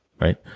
Right